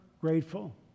grateful